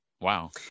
Wow